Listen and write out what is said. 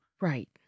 Right